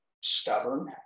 stubborn